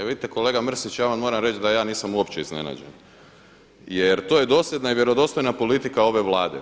E vidite kolega Mrsić, ja vam moram reći da ja nisam uopće iznenađen jer to je dosljedna i vjerodostojna politika ove Vlade.